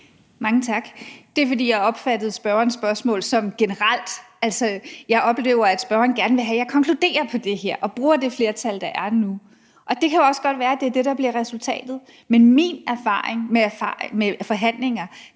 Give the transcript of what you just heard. Mange tak. Det er, fordi jeg opfattede spørgerens spørgsmål som generelt. Jeg oplever, at spørgeren gerne vil have, at jeg konkluderer på det her og bruger det flertal, der er nu. Det kan også godt være, at det er det, der bliver resultatet, men min erfaring med forhandlinger